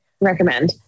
Recommend